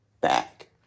back